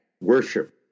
worship